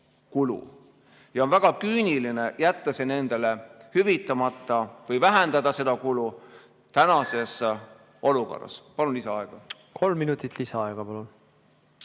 ja on väga küüniline jätta see nendele hüvitamata või vähendada seda kulu tänases olukorras. Palun lisaaega. Suur tänu, hea istungi